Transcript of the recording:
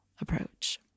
approach